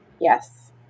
Yes